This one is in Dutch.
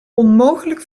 onmogelijk